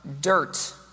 dirt